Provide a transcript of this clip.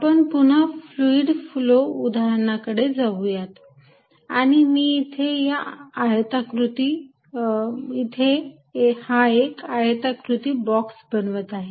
आपण पुन्हा fluid flow उदाहरणा कडे जाऊयात आणि मी इथे हा एक आयताकृती बॉक्स बनवत आहे